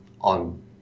on